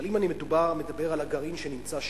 אם אני מדבר על הגרעין שנמצא שם,